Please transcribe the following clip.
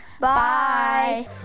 Bye